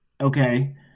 okay